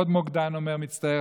עוד מוקדן אומר: מצטער,